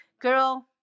girl